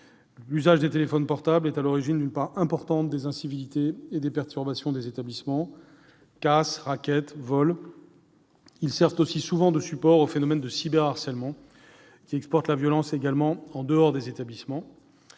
L'usage des téléphones portables est à l'origine d'une part importante des incivilités et des perturbations dans les établissements : casse, racket, vols. Ils servent aussi souvent de support au cyberharcèlement, qui exporte la violence hors des établissements.